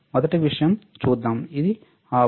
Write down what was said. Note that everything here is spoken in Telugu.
మొదటి విషయం చూద్దాం ఇది ఆఫ్